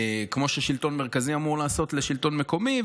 כמו ששלטון מרכזי אמור לעשות לשלטון מקומי,